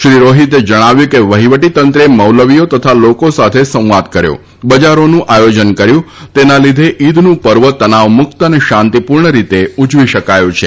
શ્રી રોહિતે જણાવ્યું હતું કે વહિવટી તંત્રે મૌલવીઓ તથા લોકો સાથે સંવાદ કર્યો બજારોનું આયોજન કર્યું તેના લીધે ઇદનું પર્વ તનાવમુક્ત અને શાંતિપૂર્ણ રીતે ઉજવી શકાયું છે